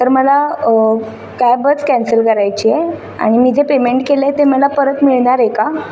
तर मला कॅबच कॅन्सल करायची आहे आणि मी जे पेमेंट केलं आहे ते मला परत मिळणार आहे का